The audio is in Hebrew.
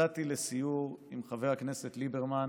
יצאתי לסיור עם חבר הכנסת ליברמן